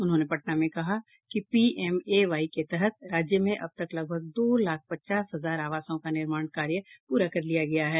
उन्होंने पटना में कहा कि पीएमएवाई के तहत राज्य में अबतक लगभग दो लाख पचास हजार आवासों का निर्माण कार्य पूरा कर लिया गया है